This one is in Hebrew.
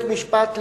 בבית-משפט,